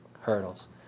hurdles